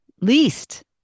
Least